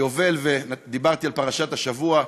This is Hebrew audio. ודיברתי על פרשת השבוע,